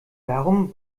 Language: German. warum